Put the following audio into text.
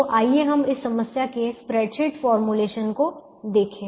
तो आइए हम इस समस्या के स्प्रेडशीट फॉर्मूलेशन को देखें